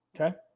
Okay